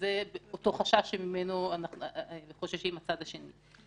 שזה אותו חשש שממנו חוששים הצד השני.